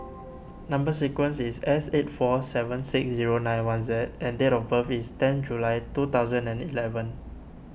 Number Sequence is S eight four seven six zero nine one Z and date of birth is ten July two thousand and eleven